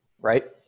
right